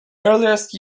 earliest